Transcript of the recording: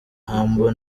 humble